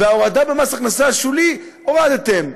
וההורדה במס ההכנסה השולי, הורדתם.